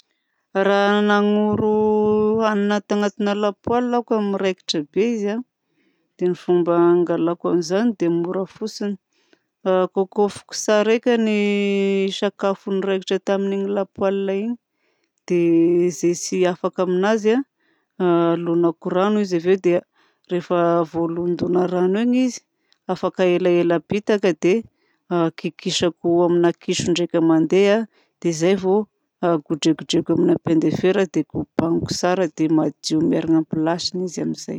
Raha nagnoro hagnina tanatina la poêle aho ka miraikitra be izy dia ny fomba hanalako an'izany dia mora fotsiny kôkôfiko tsara eky ny sakafo niraikitra tamin'iny la poêle iny dia izay tsy afaka amin'azy halonako rano izy avy eo dia rehefa voalondona rano iny izy dia afaka elaela bitaka dia kikisako aminahy kiso ndraika mandeha izay vao godregodrehiko aminahy paille de fer dia kobaniko tsara dia madio mierigna amin'ny place-ny izy amin'izay.